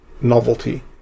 novelty